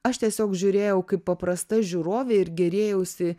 aš tiesiog žiūrėjau kaip paprasta žiūrovė ir gėrėjausi